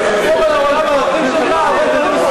תמיט עלינו מציאות אחרת.